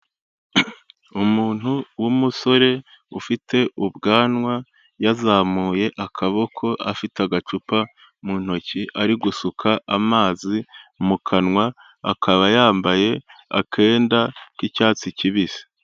Umuntu w'umusore ufite ubwanwa, yazamuye akaboko afite agacupa mu ntoki ari gusuka amazi mu kanwa, akaba yambaye akenda k'icyatsi kibisi.